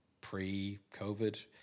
pre-COVID